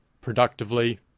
productively